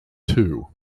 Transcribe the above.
too